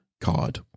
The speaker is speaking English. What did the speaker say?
card